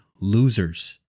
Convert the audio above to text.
losers